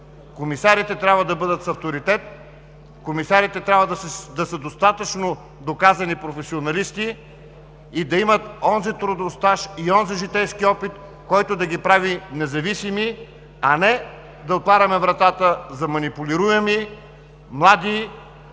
комисарите трябва да бъдат с авторитет, трябва да са достатъчно доказани професионалисти и да имат онзи трудов стаж и житейски опит, които да ги правят независими, а не да отваряме вратата за манипулируеми, млади,